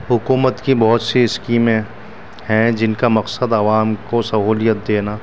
حکومت کی بہت سی اسکیمیں ہیں جن کا مقصد عوام کو سہولت دینا